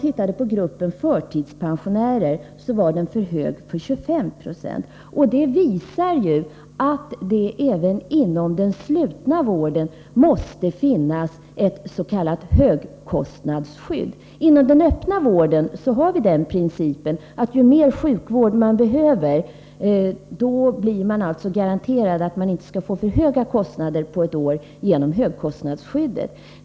I gruppen förtidspensionärer var den för hög för 25 96. Detta visar att det även inom den slutna vården måste finnas ett s.k. högkostnadsskydd. Inom den öppna vården tillämpar vi den principen, att vi genom högkostnadsskyddet garanterar dem som har ett stort vårdbehov att deras kostnader för vården inte skall bli för höga.